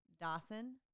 Dawson